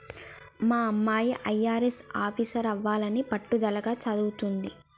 మా అమ్మాయి అయ్యారెస్ ఆఫీసరవ్వాలని పట్టుదలగా చదవతాంది